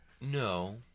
No